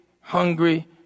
hungry